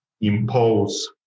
impose